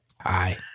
Hi